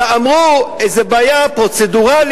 אלא אמרו: איזו בעיה פרוצדורלית,